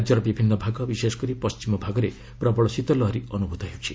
ରାଜ୍ୟର ବିଭିନ୍ନ ଭାଗ ବିଶେଷ କରି ପଣ୍ଟିମ ଭାଗରେ ପ୍ରବଳ ଶୀତଲହରୀ ଅନୁଭୂତ ହେଉଛି